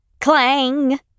Clang